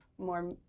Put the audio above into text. more